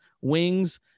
wings